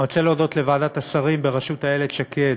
אני רוצה להודות לוועדת השרים בראשות איילת שקד,